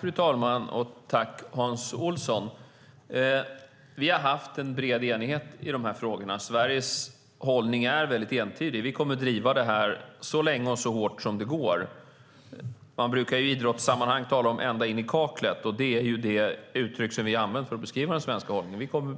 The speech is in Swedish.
Fru talman! Tack, Hans Olsson! Vi har haft en bred enighet i de här frågorna. Sveriges hållning är entydig. Vi kommer att driva detta så länge och så hårt som det går. Man brukar i idrottssammanhang tala om "ända in i kaklet", och det är det uttryck som vi har använt för att beskriva den svenska hållningen. Vi kommer